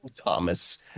Thomas